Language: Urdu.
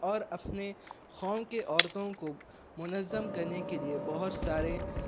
اور اپنے قوم کے عورتوں کو منظم کرنے کے لئے بہت سارے